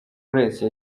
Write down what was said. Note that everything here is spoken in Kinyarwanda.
grace